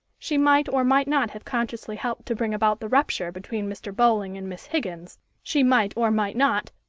she might or might not have consciously helped to bring about the rupture between mr. bowling and miss higgins she might, or might not,